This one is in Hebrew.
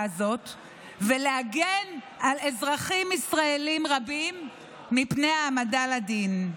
הזו ולהגן על אזרחים ישראלים רבים מפני העמדה לדין.